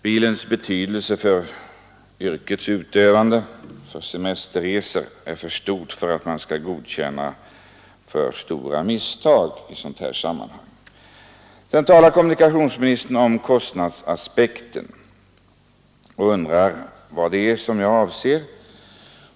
Bilens betydelse för yrkesutövning och semesterresor är för stor för att man skall godkänna alltför grova misstag i sammanhanget. Kommunikationsminsitern har talat om kostnadsaspekterna och undrat vad jag avser.